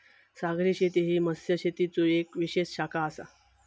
सागरी शेती ही मत्स्यशेतीचो येक विशेष शाखा आसा